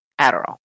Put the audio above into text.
Adderall